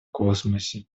космосе